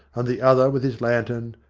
and the other with his lantern,